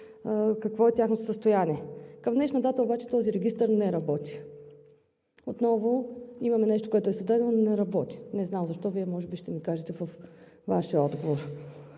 какво е тяхното състояние. Към днешна дата обаче този регистър не работи. Отново имаме нещо, което е създадено, но не работи. Не знам защо. Вие може би ще ми кажете във Вашия отговор.